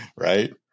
Right